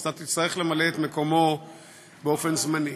אז אתה תצטרך למלא את מקומו באופן זמני.